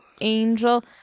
angel